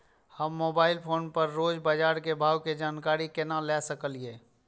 हम mobile phone पर रोज बाजार के भाव के जानकारी केना ले सकलिये?